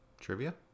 Trivia